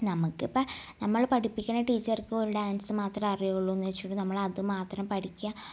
നമുക്കിപ്പം നമ്മൾ പഠിപ്പിക്കണ ടീച്ചർക്കൊരു ഡാൻസ് മാത്രമേ അറിയുള്ളുന്ന് വച്ചിട്ട് നമ്മളത് മാത്രം പഠിക്കുക